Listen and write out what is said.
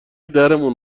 درمون